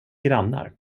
grannar